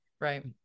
Right